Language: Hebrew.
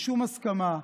לשום הסכמה,